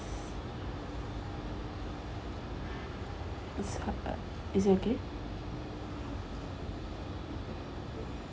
it's up ah is it okay